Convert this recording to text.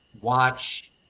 watch